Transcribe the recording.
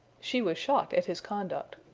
she was shocked at his conduct.